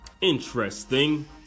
interesting